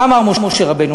מה אמר משה רבנו?